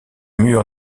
mur